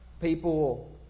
people